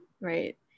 right